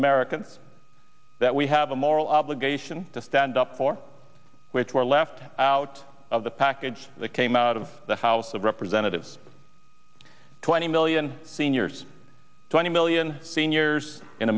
americans that we have a moral obligation to stand up for which were left out of the package that came out of the house of representatives twenty million seniors twenty million seniors in